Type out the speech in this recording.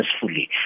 successfully